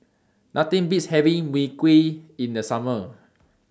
Nothing Beats having Mui Kee in The Summer